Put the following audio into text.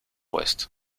ouest